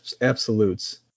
absolutes